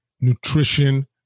nutrition